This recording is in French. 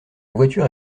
voiture